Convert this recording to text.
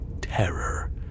terror